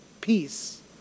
peace